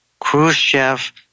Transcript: Khrushchev